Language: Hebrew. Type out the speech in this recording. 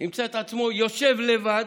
ימצא את עצמו יושב לבד,